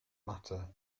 matter